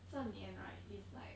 这年 right is like